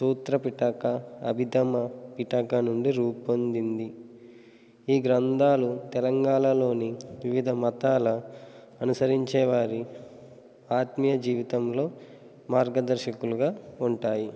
సూత్ర పిటక అభిధమ్మ పిటక నుండి రూపొందింది ఈ గ్రంథాలు తెలంగాణలోని వివిధ మతాల అనుసరించే వారి ఆత్మీయ జీవితంలో మార్గదర్శకులుగా ఉంటాయి